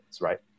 right